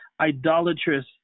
idolatrous